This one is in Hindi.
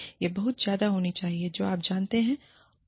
यह बहुत ज्यादा नहीं होना चाहिए जो आप जानते हैं